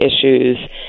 issues